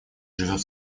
живет